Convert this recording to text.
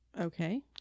Okay